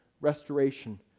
restoration